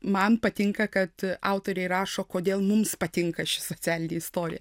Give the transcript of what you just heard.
man patinka kad autoriai rašo kodėl mums patinka ši socialinė istorija